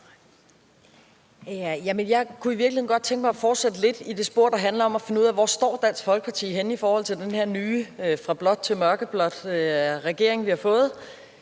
Jeg kunne i virkeligheden godt tænke mig at fortsætte lidt i det spor, der handler om at finde ud af, hvor Dansk Folkeparti står henne i forhold til den her nye fra-blå-til-mørkeblå regering, vi har fået,